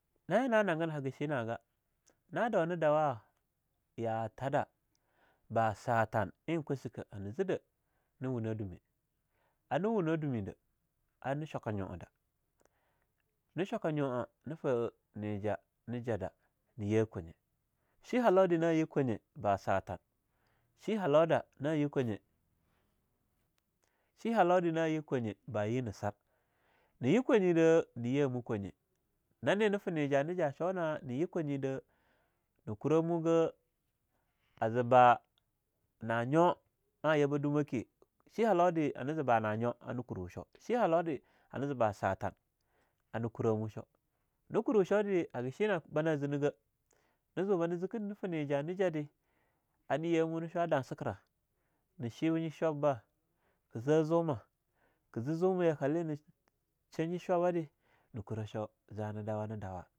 Na eing na nangin haga shimah gah, na dauna dawa ya tadah ba'a satan eing kwaskah hana zidah nawuna dumeh ana wuna dumidah anah shwaka nywa ada, na shwaka nyua na feh ne ja najada ne yeh kwanye. She halaudah na ye kwanye ba'a satan she halauda na ye kwanye ba'a yina-sar, na ye kwanye dah na yeh mah kwauye, nane nafa nijah najah shou nah, na yeh kwanye da na kuromugah aze ba'a nahnyo ah yaba dumake she halaudah hana ziba nayo anah kurwo shou. She halau deh hanah zee ba'a satan nah anah kuromu shou na kurwo shou deh haga shina bana zinigah nazu bana ziki na feh neja jah jahde, a ne yehmu na shwa dahsikerah, na shanye shwabbah ke zeh zumah, ke ze zumah yakalina shanye shwaba deh nah kura sho, zah na dawa na dawah.